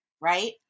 right